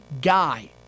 guy